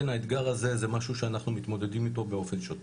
האתגר הזה זה משהו שאנחנו מתמודדים איתו באופן שוטף.